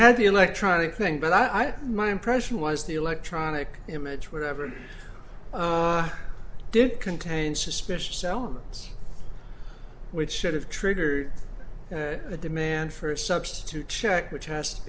had the electronic thing but i have my impression was the electronic image whatever it did contain suspicious elements which should have triggered a demand for a substitute check which has to